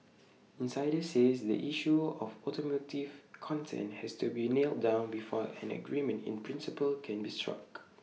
insiders say the issue of automotive content has to be nailed down before an agreement in principle can be struck